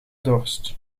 dorst